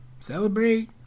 celebrate